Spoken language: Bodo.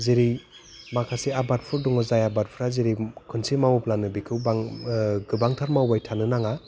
जेरै माखासे आबादफोर दङ जाय आबादफ्रा जेरै खनसे मावब्लानो बेखौ बां गोबांथार मावबाय थानो नाङा